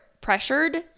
pressured